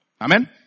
Amen